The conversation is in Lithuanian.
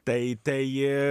tai tai